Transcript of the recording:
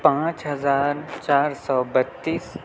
پانچ ہزار چار سو بتیس